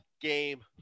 game